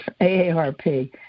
AARP